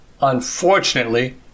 Unfortunately